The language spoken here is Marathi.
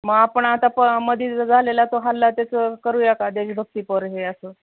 मग आपण आता प मध्येच जो झालेला तो हल्ला त्याचं करूया का देशभक्तीपर हे असं